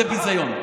זה ביזיון.